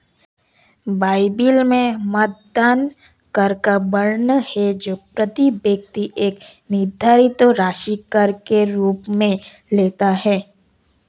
Bible में मतदान कर का वर्णन है जो प्रति व्यक्ति एक निर्धारित राशि कर के रूप में लेता है